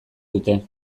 dute